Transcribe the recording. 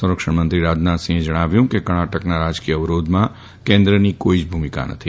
સંરક્ષણમંત્રી રાજનાથસિંહ જણાવ્યું કે કર્ણાટકના રાજકીય અવરોધમાં કેન્દ્રની કોઇ જ ભૂમિકા નથી